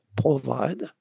provide